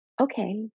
Okay